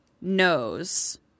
knows